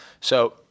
So-